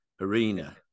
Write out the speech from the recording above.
arena